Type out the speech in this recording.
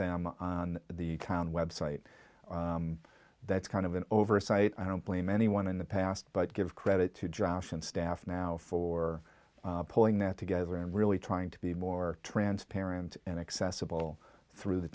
them on the county website that's kind of an oversight i don't blame anyone in the past but give credit to josh and staff now for pulling that together and really trying to be more transparent and accessible through the